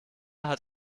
hat